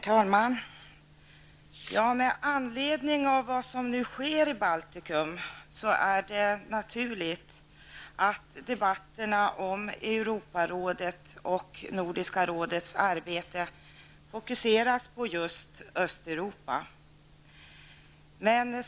Herr talman! Med anledning av vad som nu sker i Baltikum är det naturligt att debatterna om Europarådets och Nordiska rådets arbete fokuseras på just Östeuropa.